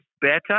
better